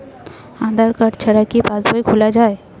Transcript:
আধার card ছাড়া কি পাসবই খোলা যায়?